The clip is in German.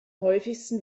häufigsten